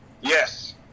Yes